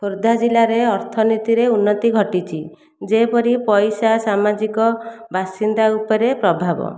ଖୋର୍ଦ୍ଧା ଜିଲ୍ଲାରେ ଅର୍ଥନୀତିରେ ଉନ୍ନତି ଘଟିଛି ଯେପରି ପଇସା ସାମାଜିକ ବାସିନ୍ଦା ଉପରେ ପ୍ରଭାବ